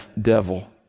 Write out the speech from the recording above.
devil